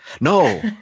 No